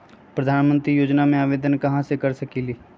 प्रधानमंत्री योजना में आवेदन कहा से कर सकेली?